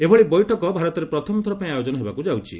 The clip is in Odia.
ଏଭଳି ବୈଠକ ଭାରତରେ ପ୍ରଥମ ଥରପାଇଁ ଆୟୋଜନ ହେବାକୁ ଯାଉଛି